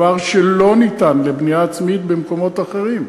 ולא לבנייה עצמית במקומות אחרים.